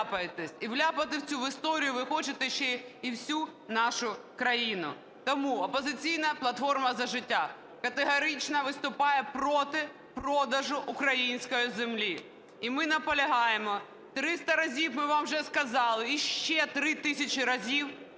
І вляпати в цю історію ви хочете і всю нашу країну. Тому "Опозиційна платформа - За життя" категорично виступає проти продажу української землі. І ми наполягаємо, 300 разів ми вам вже сказали і ще 3 тисячі разів